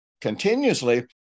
continuously